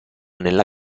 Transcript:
nella